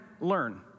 learn